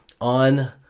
on